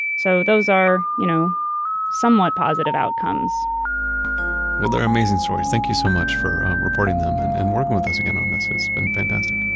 so those are you know somewhat positive outcomes well, they're amazing stories. thank you so much for reporting them and working with us again on this. it's been fantastic